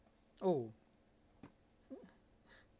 oh